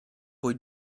poi